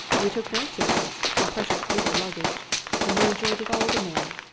we took no servants and precious little luggage and we enjoyed it all the more.